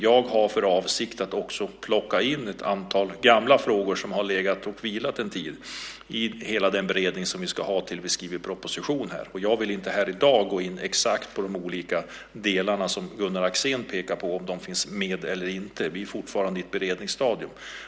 Jag har för avsikt att också plocka in ett antal gamla frågor, som har legat och vilat en tid, i den beredning som ska ske innan vi skriver en proposition. Jag vill inte här i dag gå in exakt på de olika delar som Gunnar Axén undrar finns med eller inte. Vi är fortfarande på ett beredningsstadium.